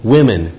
Women